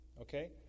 okay